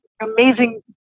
amazing